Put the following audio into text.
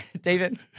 David